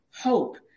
hope